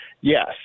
yes